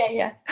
ah yeah.